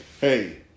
hey